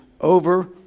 over